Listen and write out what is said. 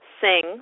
sing